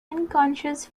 unconscious